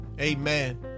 Amen